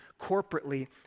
corporately